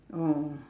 oh